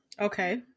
Okay